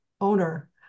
owner